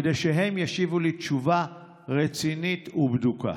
כדי שהם ישיבו לי תשובה רצינית ובדוקה.